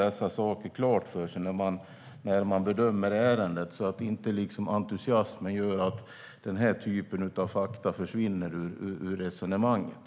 Dessa saker ska man ha klara för sig när man bedömer ärendet så att inte entusiasmen gör att den typen av fakta försvinner ur resonemanget.